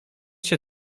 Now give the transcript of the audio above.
się